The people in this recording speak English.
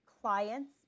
clients